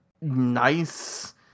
nice